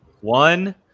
one